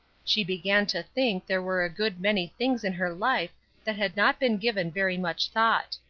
she began to think there were a good many things in her life that had not been given very much thought.